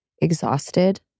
exhausted